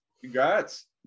Congrats